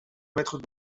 maîtres